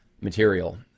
material